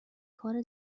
کار